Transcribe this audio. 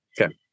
Okay